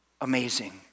amazing